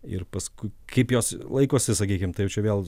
ir paskui kaip jos laikosi sakykim tai jau čia vėl